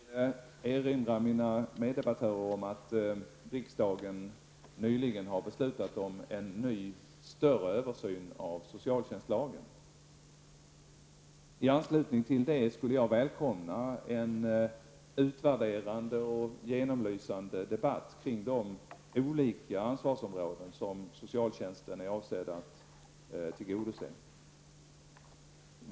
Herr talman! Jag vill erinra mina meddebattörer om att riksdagen nyligen har beslutat om en ny större översyn av socialtjänstlagen. I anslutning till denna skulle jag välkomna en utvärderande och genomlysande debatt kring ansvarsområden och de behov som socialtjänsten är avsedd att tillgodose.